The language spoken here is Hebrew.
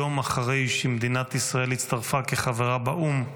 יום אחרי שמדינת ישראל הצטרפה כחברה באו"ם,